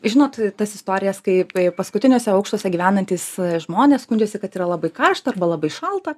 žinot tas istorijas kaip paskutiniuose aukštuose gyvenantys žmonės skundžiasi kad yra labai karšta arba labai šalta